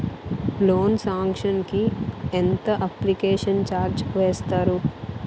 Loan sanction కి ఎంత application charge వేస్తారు?